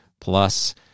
plus